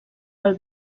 del